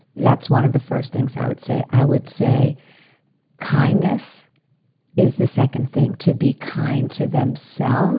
that's one of the first things i would say. i would say kindness is the second thing, to be kind to themselves